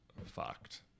fucked